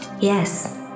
yes